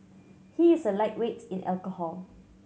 he is a lightweight in alcohol